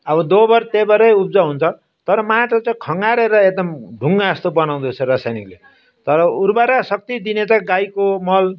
अब दोब्बर तेब्बरै उब्जाउ हुन्छ तर माटो चाहिँ खङ्गारेर एकदम ढुङ्गा जस्तो बनाउँदो रहेछ रसायनिकले तर उर्वरा शक्ति दिने त गाईको मल